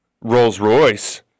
Rolls-Royce